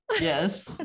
Yes